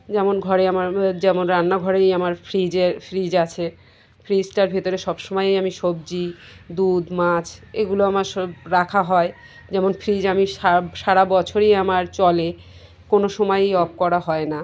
যেমন ঘরে আমার যেমন রান্নাঘরেই আমার ফ্রিজের ফ্রিজ আছে ফ্রিজটার ভিতরে সব সময়ই আমি সবজি দুধ মাছ এগুলো আমার সব রাখা হয় যেমন ফ্রিজ আমি সারা বছরই আমার চলে কোনো সময়ই অফ করা হয় না